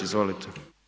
Izvolite.